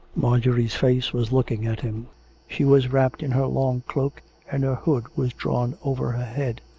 marjorie's face was looking at him she was wrapped in her long cloak and her hood was drawn over her head.